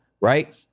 right